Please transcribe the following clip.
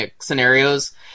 scenarios